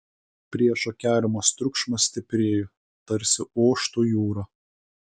priešo keliamas triukšmas stiprėjo tarsi oštų jūra